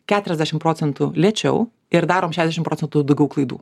keturiasdešim procentų lėčiau ir darom šešiasdešim procentų daugiau klaidų